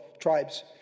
tribes